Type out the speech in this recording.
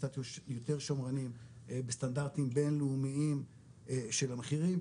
קצת יותר שמרניים בסטנדרטים בינלאומיים של המחירים,